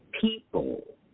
people